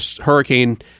hurricane